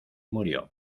murió